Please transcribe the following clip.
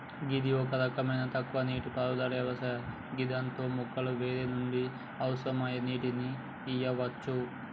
గిది ఒక రకమైన తక్కువ నీటిపారుదల వ్యవస్థ గిదాంతో మొక్కకు వేర్ల నుండి అవసరమయ్యే నీటిని ఇయ్యవచ్చు